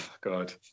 God